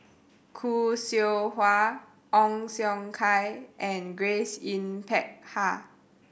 Khoo Seow Hwa Ong Siong Kai and Grace Yin Peck Ha